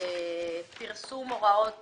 פרסום הוראות